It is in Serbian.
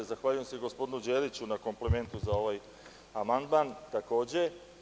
Zahvaljujem se gospodinu Đeliću na komplimentu za ovaj amandman, takođe.